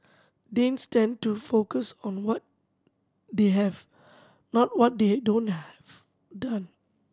Danes tend to focus on what they have not what they don't have done